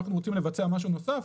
לבצע משהו נוסף,